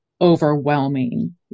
overwhelming